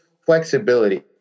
flexibility